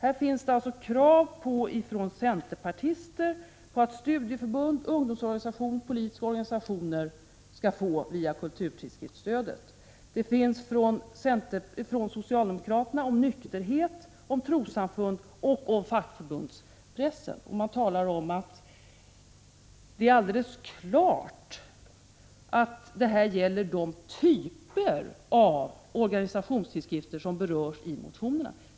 Det finns motioner från centerpartister med krav på att studieförbund, ungdomsorganisationer och politiska organisationer skall få bidrag genom kulturtidskriftstödet. Från socialdemokrater finns samma krav när det gäller tidskrifter som ges ut av nykterhetsrörelsen, trossamfund och fackförbund. I utskottets betänkande sägs alldeles klart att det här gäller de typer av organisationstidskrifter som berörs i motionerna.